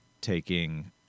taking